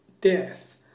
death